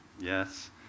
Yes